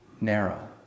narrow